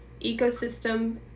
ecosystem